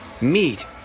Meet